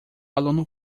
aluno